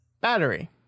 Battery